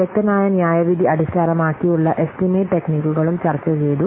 വിദഗ്ദ്ധനായ ന്യായവിധി അടിസ്ഥാനമാക്കിയുള്ള എസ്റ്റിമേറ്റ് ടെക്നിക്കുകളും ചർച്ച ചെയ്തു